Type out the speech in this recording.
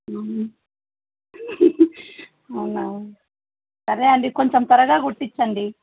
అవునా సరే అండి కొంచెం త్వరగా కుట్టించండి